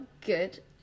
good